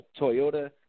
Toyota